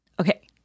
okay